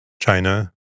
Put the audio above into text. China